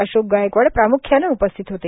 अशोक गायकवाड प्रामुख्यानं उपस्थित होते